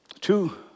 Two